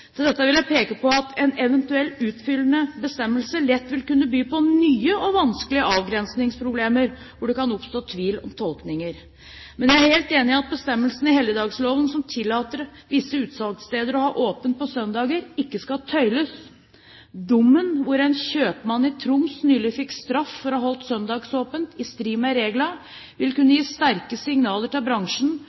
Til dette vil jeg peke på at en eventuell utfyllende bestemmelse lett ville kunne by på nye og vanskelige avgrensningsproblemer hvor det kan oppstå tvil om tolkningen. Men jeg er helt enig i at bestemmelsene i helligdagsfredloven som tillater visse utsalgssteder å ha åpent på søndager, ikke skal tøyes. Dommen hvor en kjøpmann i Troms nylig fikk straff for å ha holdt søndagsåpent i strid med reglene, vil kunne gi sterke signaler til bransjen